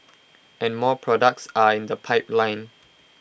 and more products are in the pipeline